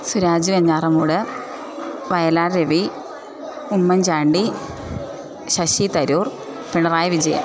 Suraj Venjaramoodu Vayalar Ravi Oommen Chandy Shashi Tharoor Pinarayi Vijayan